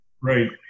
Right